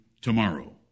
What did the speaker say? tomorrow